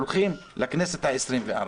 הולכים לכנסת העשרים-וארבע.